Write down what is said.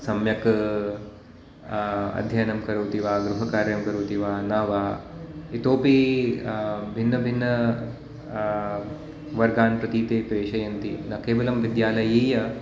सम्यक् अध्ययनं करोति वा गृहकार्यं करोति वा न वा इतोपि भिन्न भिन्न वर्गान् प्रति ते प्रेषयन्ति न केवलं विद्यालयीया